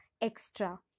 Extra